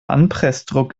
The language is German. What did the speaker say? anpressdruck